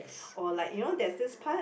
or like you know there's this part